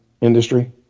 industry